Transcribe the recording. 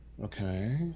Okay